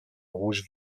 rouge